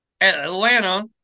Atlanta